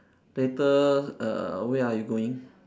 later err where are you going